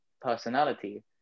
personality